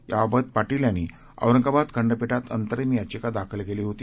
याबाबत पाटील यांनी औरंगाबाद खंडपीठात अंतरिम याचिका दाखल केली होती